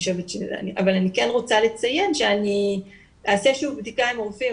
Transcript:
אבל אני כן רוצה לציין שאני אעשה שוב בדיקה עם רופאים,